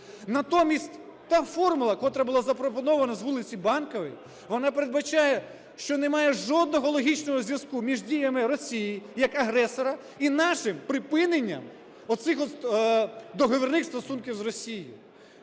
Натомість та формула, котра була запропонована з вулиці Банкової, вона передбачає, що немає жодного логічного зв'язку між діями Росії як агресора і нашим припиненням оцих договірних стосунків з Росією.